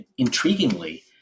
intriguingly